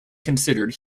considered